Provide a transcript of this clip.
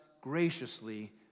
graciously